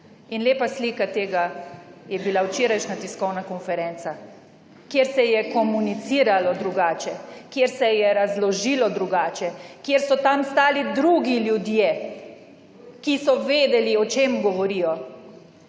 In lepa slika tega je bila včerajšnja tiskovna konferenca, kjer se je komuniciralo drugače, kjer se je razložilo drugače. Ker so tam stali drugi ljudje, ki so vedeli, o čem govorijo.